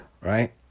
right